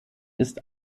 ist